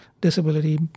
disability